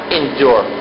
endure